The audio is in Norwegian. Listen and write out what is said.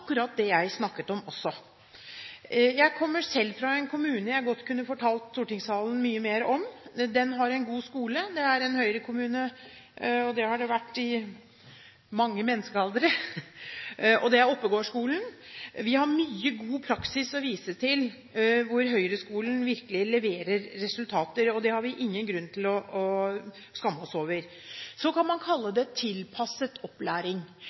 det jeg snakket om også. Jeg kommer selv fra en kommune jeg godt kunne fortalt stortingssalen mye mer om. Det er en Høyre-kommune, og det har den vært i mange menneskealdre. Den har en god skole – det er Oppegård-skolen. Vi har mye god praksis å vise til hvor Høyre-skolen virkelig leverer resultater, og det har vi ingen grunn til å skamme oss over. Så kan man kalle det tilpasset opplæring,